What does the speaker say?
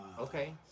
Okay